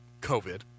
COVID